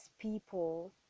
people